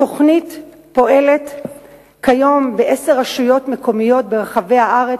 התוכנית פועלת כיום בעשר רשויות מקומיות ברחבי הארץ,